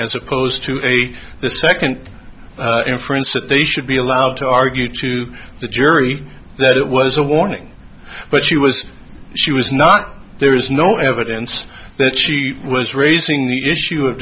as opposed to a second inference that they should be allowed to argue to the jury that it was a warning but she was she was not there is no evidence that she was raising the issue of